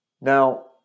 Now